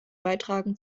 beitragen